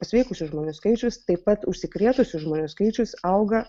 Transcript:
pasveikusių žmonių skaičius taip pat užsikrėtusių žmonių skaičius auga